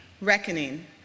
reckoning